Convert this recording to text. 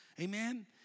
Amen